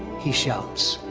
he shouts.